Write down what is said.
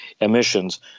emissions